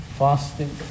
fasting